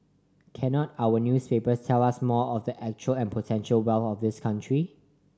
cannot our newspapers tell us more of the actual and potential wealth of this country